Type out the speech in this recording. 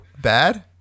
Bad